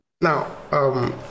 Now